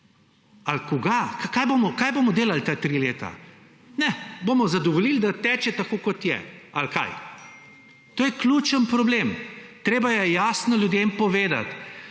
ali kaj? Kaj bomo delali ta tri leta? Ne. Bomo zadovoljili, da teče tako, kot je – ali kaj? To je ključen problem. Treba je jasno ljudem povedati.